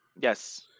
Yes